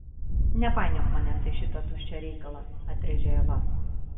nepainiok manęs į šitą tuščią reikalą atrėžė eva